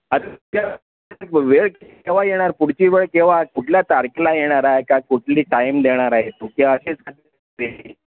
अरे तर वेळ केव्हा येणार पुढची वेळ केव्हा कुठल्या तारखेला येणार आहे काय कुठली टाईम देणार आहेत की असेच